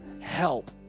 help